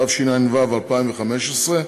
התשע"ו 2015,